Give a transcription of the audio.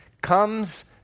comes